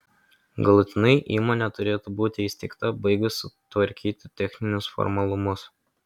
galutinai įmonė turėtų būti įsteigta baigus tvarkyti techninius formalumus